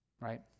Right